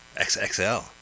XXL